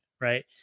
right